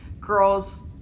girls